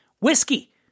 whiskey